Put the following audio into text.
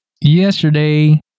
Yesterday